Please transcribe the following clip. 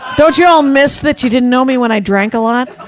don't you all miss that you didn't know me when i drank a lot?